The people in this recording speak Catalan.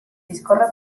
discorre